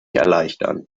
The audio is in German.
erleichtern